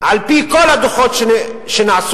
על-פי כל הדוחות שנעשו,